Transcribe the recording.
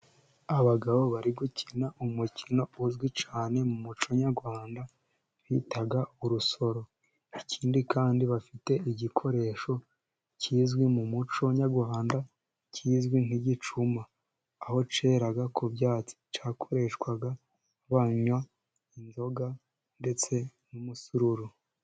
Abagabo bari gukina umukino uzwi cyane mu muco nyarwanda bita urusoro. Ikindi kandi bafite igikoresho kizwi mu muco nyarwanda, kizwi nk'igicuma, aho cyeraga ku byatsi. Cyakoreshwaga banywa inzoga ndetse n'umusururu.